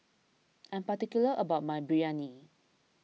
I am particular about my Biryani